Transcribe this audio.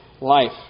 life